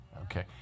Okay